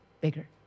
bigger